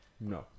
No